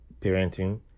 parenting